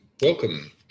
Welcome